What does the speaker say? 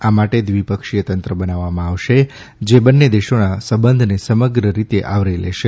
આ માટે દ્વિપક્ષીય તંત્ર બનાવવામાં આવશે જે બંને દેશોના સંબંધને સમગ્ર રીતે આવરી લેશે